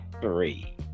three